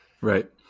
Right